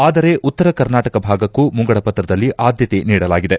ಆದರೆ ಉತ್ತರ ಕರ್ನಾಟಕ ಭಾಗಕ್ಕೂ ಮುಂಗಡ ಪತ್ರದಲ್ಲಿ ಆದ್ಯತೆ ನೀಡಲಾಗಿದೆ